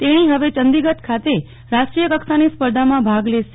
તેણે હવે ચંદીગઢ ખાતે રાષ્ટ્રીય કક્ષાની સ્પર્ધામાં ભાગ લેશે